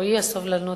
או האי-סובלנות,